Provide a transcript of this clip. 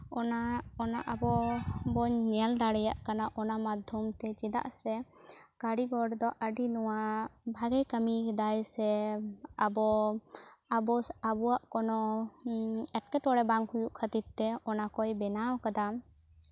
ᱚᱱᱟ ᱚᱱᱟ ᱟᱵᱚ ᱵᱚᱱ ᱧᱮᱞ ᱫᱟᱲᱮᱭᱟᱜ ᱠᱟᱱᱟ ᱚᱱᱟ ᱢᱟᱫᱽᱫᱷᱚᱢ ᱛᱮ ᱪᱮᱫᱟᱜ ᱥᱮ ᱠᱟᱹᱨᱤᱜᱚᱨ ᱫᱚ ᱟᱹᱰᱤ ᱱᱚᱣᱟ ᱵᱷᱟᱜᱮ ᱠᱟᱹᱢᱤ ᱠᱟᱫᱟᱭ ᱥᱮ ᱟᱵᱚ ᱟᱵᱚᱣᱟᱜ ᱠᱳᱱᱳ ᱮᱴᱠᱮᱴᱚᱬᱮ ᱵᱟᱝ ᱦᱩᱭᱩᱜ ᱠᱷᱟᱹᱛᱤᱨ ᱛᱮ ᱚᱱᱟ ᱠᱚᱭ ᱵᱮᱱᱟᱣ ᱠᱟᱫᱟ